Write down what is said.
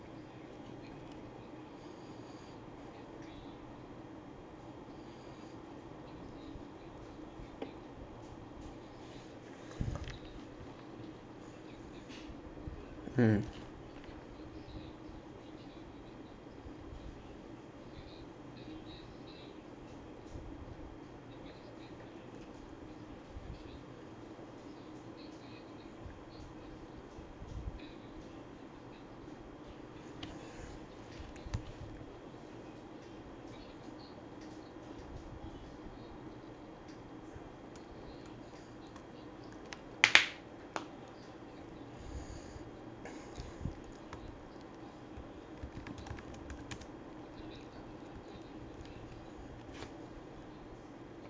mm